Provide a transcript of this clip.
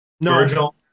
No